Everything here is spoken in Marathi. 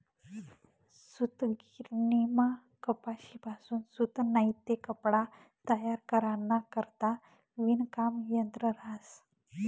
सूतगिरणीमा कपाशीपासून सूत नैते कपडा तयार कराना करता विणकाम यंत्र रहास